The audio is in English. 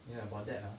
ya about that ah